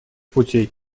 путей